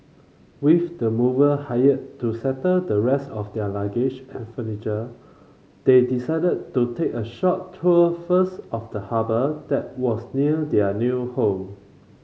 with the mover hired to settle the rest of their luggage and furniture they decided to take a short tour first of the harbour that was near their new home